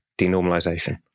denormalization